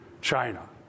China